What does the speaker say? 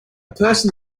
person